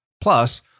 Plus